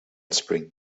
spring